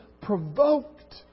provoked